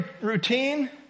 routine